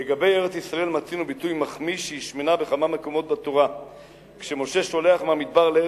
לגבי ארץ-ישראל מצינו בכמה מקומות בתורה ביטוי מחמיא,